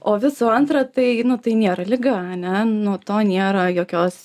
o visų antra tai nu tai nėra liga ane nuo to nėra jokios